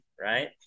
right